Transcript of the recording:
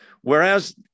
Whereas